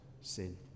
sin